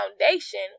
foundation